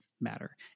matter